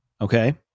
Okay